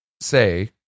say